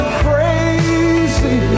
crazy